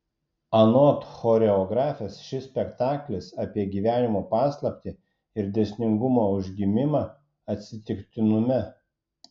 anot choreografės šis spektaklis apie gyvenimo paslaptį ir dėsningumo užgimimą atsitiktinume